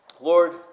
Lord